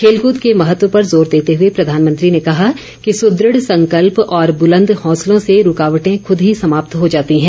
खेलकूद के महत्व पर जोर देते हुए प्रधानमंत्री ने कहा कि सुद्रढ़ संकल्प और बुलंद हौसलों से रूकावटें खुद ही समाप्त हो जाती हैं